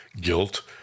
guilt